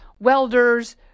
welders